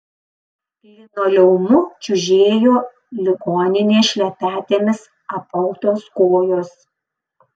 linoleumu čiužėjo ligoninės šlepetėmis apautos kojos